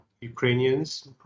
Ukrainians